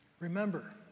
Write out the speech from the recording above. Remember